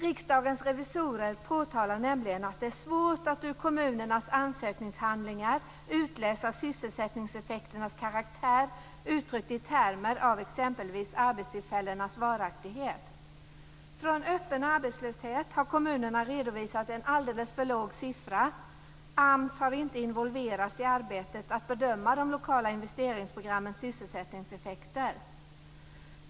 Riksdagens revisorer påtalar nämligen att det är svårt att ur kommunernas ansökningshandlingar utläsa sysselsättningseffekternas karaktär, uttryckt i termer av exempelvis arbetstillfällenas varaktighet. För öppen arbetslöshet har kommunerna redovisat en alldeles för låg siffra. AMS har inte involverats i arbetet att bedöma de lokala investeringsprogrammens sysselsättningseffekter.